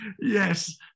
Yes